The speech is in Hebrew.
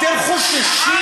אתם חוששים,